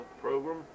program